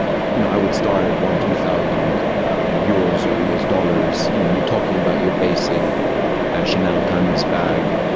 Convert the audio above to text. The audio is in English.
you know, i would start at one two thousand euros a year dollars. you know, you're talking about your basic ah chanel timeless bag.